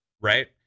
Right